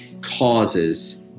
causes